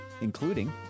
including